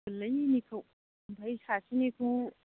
गोरलैनिखौ ओमफ्राय सासेनिखौ